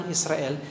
Israel